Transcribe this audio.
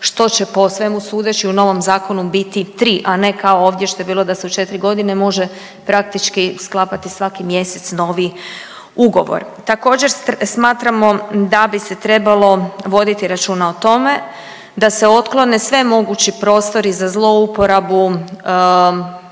što će po svemu sudeći u novom zakonu biti 3, a ne kao ovdje što je bilo da se u 4.g. može praktički sklapati svaki mjesec novi ugovor. Također smatramo da bi se trebalo voditi računa o tome da se otklone svi mogući prostori za zlouporabu